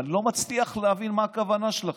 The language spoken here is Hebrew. ואני לא מצליח להבין מה הכוונה שלכם.